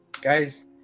guys